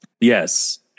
yes